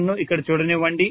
నన్ను ఇక్కడ చూడనివ్వండి